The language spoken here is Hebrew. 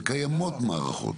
וקיימות מערכות,